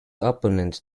opponents